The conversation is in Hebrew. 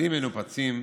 הכדים מנופצים,